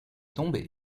tombé